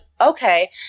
Okay